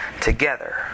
together